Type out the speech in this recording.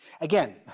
Again